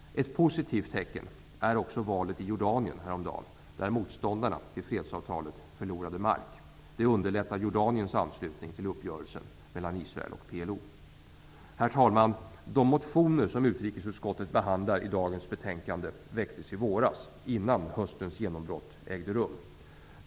Ett positivt tecken är valet i Jordanien häromdagen, där motståndarna till fredsavtalet förlorade mark. Detta underlättar Jordaniens anslutning till uppgörelsen mellan Israel och PLO. Herr talman! De motioner som utrikesutskottet behandlar i dagens betänkande väcktes i våras, innan höstens genombrott ägde rum.